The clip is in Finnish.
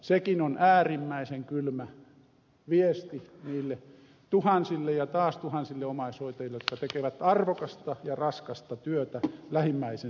sekin on äärimmäisen kylmä viesti niille tuhansille ja taas tuhansille omaishoitajille jotka tekevät arvokasta ja raskasta työtä lähimmäisensä hyväksi